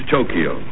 Tokyo